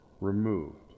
removed